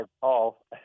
Paul